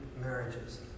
marriages